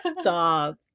stop